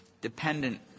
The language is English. Dependent